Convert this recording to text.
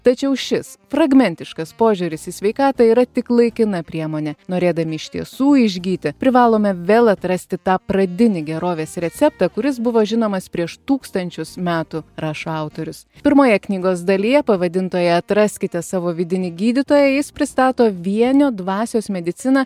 tačiau šis fragmentiškas požiūris į sveikatą yra tik laikina priemonė norėdami iš tiesų išgyti privalome vėl atrasti tą pradinį gerovės receptą kuris buvo žinomas prieš tūkstančius metų rašo autorius pirmoje knygos dalyje pavadintoje atraskite savo vidinį gydytoją jis pristato vienio dvasios mediciną